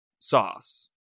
sauce